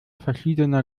verschiedener